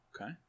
Okay